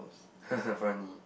haha funny